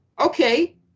okay